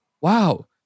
wow